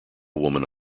woman